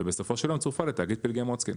ובסופו של יום צורפה לתאגיד "פלגי מוצקין"